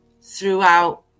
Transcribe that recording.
throughout